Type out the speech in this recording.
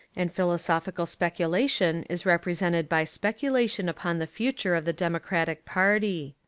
and philosophical speculation is represented by speculation upon the future of the democratic party.